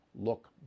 look